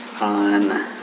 on